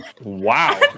Wow